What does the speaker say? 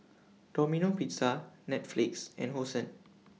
Domino Pizza Netflix and Hosen